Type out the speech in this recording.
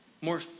more